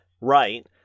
right